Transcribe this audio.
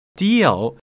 deal